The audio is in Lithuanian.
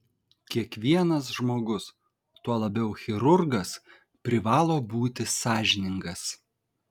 kiekvienas žmogus tuo labiau chirurgas privalo būti sąžiningas